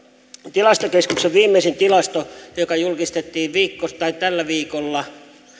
tilastokeskuksen viimeisin tilasto joka julkistettiin tällä viikolla